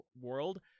world